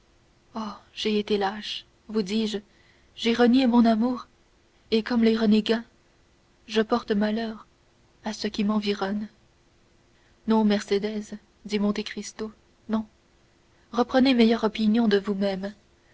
j'ai été lâche vous dis-je j'ai renié mon amour et comme les renégats je porte malheur à tout ce qui m'environne non mercédès dit monte cristo non reprenez meilleure opinion de vous-même